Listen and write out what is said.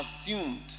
assumed